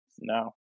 No